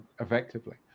effectively